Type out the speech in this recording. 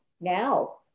now